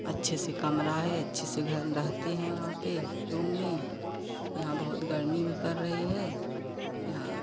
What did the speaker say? अच्छे से कमरा है अच्छे से घर में रहते हैं वहाँ पर एक रूम में यहाँ बहुत गर्मी भी पड़ रही है यहाँ